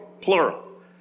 plural